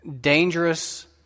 dangerous